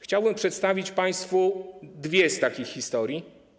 Chciałbym przedstawić państwu dwie z takich historii.